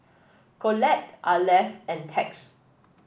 Colette Arleth and Tex